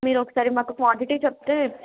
మీరు ఒకసారి మాకు క్వాంటిటీ చెప్తే